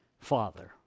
Father